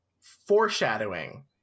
foreshadowing